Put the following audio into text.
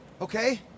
Okay